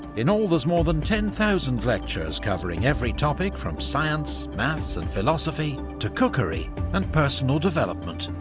in all, there's more than ten thousand lectures covering every topic from science, maths and philosophy, to cookery and personal development.